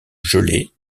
gelé